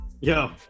Yo